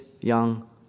young